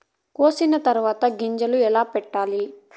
కోసిన తర్వాత గింజలను ఎలా పెట్టాలి